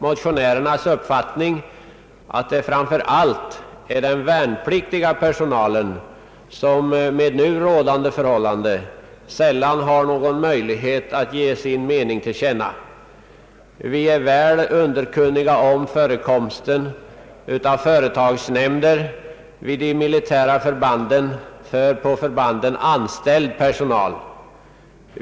Motionärerna anser att framför allt den värnpliktiga personalen under nu rådande förhållanden sällan har någon möjlighet att ge sin mening till känna. Vi är väl medvetna om förekomsten vid de militära förbanden av företagsnämnder för på förbanden anställd personal.